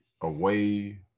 away